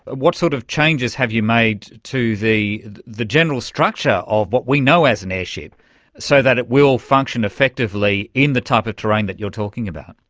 what sort of changes have you made to the the general structure of what we know as an airship so that it will function effectively in the type of terrain that you're talking about.